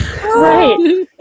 right